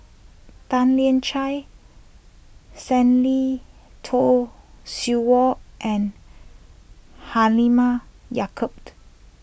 Tan Lian Chye Stanley Toft Stewart and Halimah Yacob